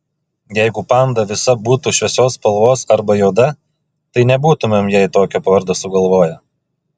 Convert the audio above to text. jeigu panda visa būtų šviesios spalvos arba juoda tai nebūtumėm jai tokio vardo sugalvoję